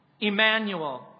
Emmanuel